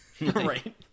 Right